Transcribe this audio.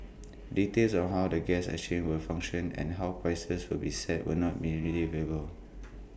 details on how the gas exchange will function and how prices will be set were not immediately available